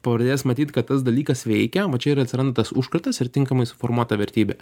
pradės matyt kad tas dalykas veikia va čia ir atsiranda tas užkratas ir tinkamai suformuota vertybė